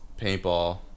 Paintball